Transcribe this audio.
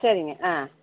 சரிங்க ஆ